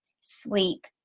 sleep